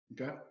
Okay